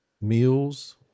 meals